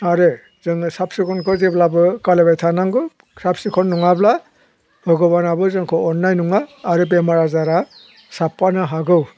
आरो जोङो साब सिखनखौ जेब्लाबो खालामबाय थानांगौ साब सिखन नङाब्ला भगबानाबो जोंखौ अननाय नङा आरो बेमार आजारा साबफानो हागौ